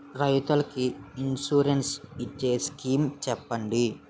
రైతులు కి ఇన్సురెన్స్ ఇచ్చే స్కీమ్స్ చెప్పండి?